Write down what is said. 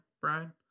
brian